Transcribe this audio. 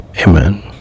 Amen